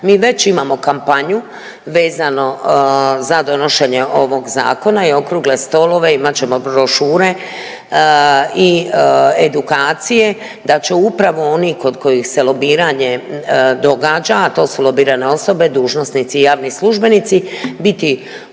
mi već imamo kampanju vezano za donošenje ovog zakona i okrugle stolove, imat ćemo brošure i edukacije da će upravo oni kod kojih se lobiranje događa, a to su lobirane osobe dužnosnici i javni službenici biti